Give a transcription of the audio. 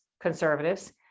conservatives